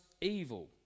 evil